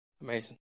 Amazing